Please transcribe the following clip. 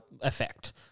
effect